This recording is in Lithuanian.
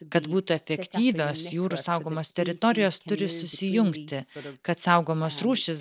kad būtų efektyvios jūrų saugomos teritorijos turi susijungti kad saugomos rūšys